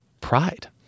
pride